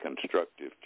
constructive